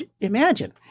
imagine